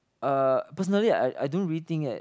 uh personally I I don't really think that